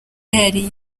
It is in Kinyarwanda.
yari